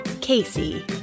Casey